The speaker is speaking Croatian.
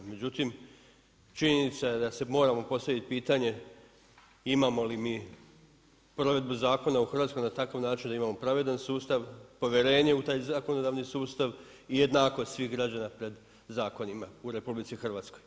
Međutim, činjenica je da si moramo postaviti pitanje imamo li mi provedbu zakona u Hrvatskoj na takav način da imamo pravedan sustav, povjerenje u taj zakonodavni sustav i jednakost svih građana pred zakonima u RH.